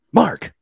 mark